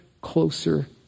closer